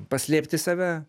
paslėpti save